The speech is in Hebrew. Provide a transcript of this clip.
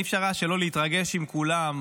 אי-אפשר היה שלא להתרגש עם כולם,